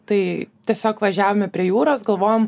tai tiesiog važiavome prie jūros galvom